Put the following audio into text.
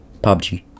pubg